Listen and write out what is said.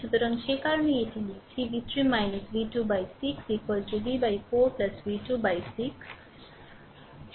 সুতরাং সে কারণেই এটি লিখছে v3 v2 by 6 v 4 v2 by 6